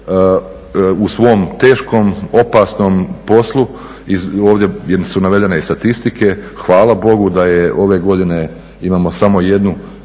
u svom teškom, opasnom poslu. Ovdje su navedene i statistike, hvala Bogu da ove godine imamo samo jednu,